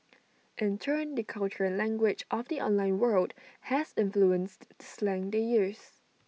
in turn the culture and language of the online world has influenced the slang they years